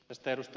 tästä ed